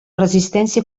resistència